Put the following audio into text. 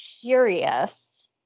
curious